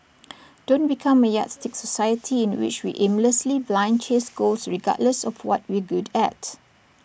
don't become A yardstick society in which we aimlessly blind chase goals regardless of what we're good at